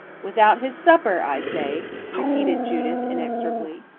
without his supper, i say, repeated judith inexorably.